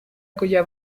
cuya